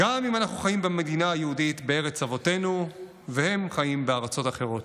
גם אם אנחנו חיים במדינה היהודית בארץ אבותינו והם חיים בארצות אחרות.